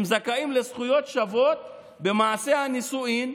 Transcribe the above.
הם זכאים לזכויות שוות במעשה הנישואין,